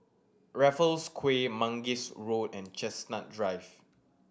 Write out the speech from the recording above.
Raffles Quay Mangis Road and Chestnut Drive